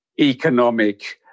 economic